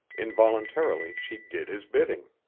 involuntarily she did his bidding.